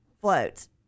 floats